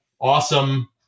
awesome